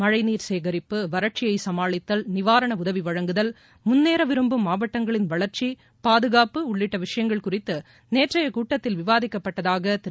மளழ நீர் சேகரிப்பு வறட்சியை சமாளித்தல் நிவாரன உதவி வழங்குதல் முன்னேற விரும்பும் மாவட்டங்களின் வளர்ச்சி பாதுகாப்பு உள்ளிட்ட விஷயங்கள் குறித்து நேற்றைய கூட்டத்தில் விவாதிக்கப்பட்டதாக திரு